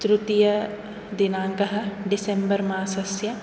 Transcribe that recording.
तृतीयदिनाङ्कः डिसेम्बर्मासस्य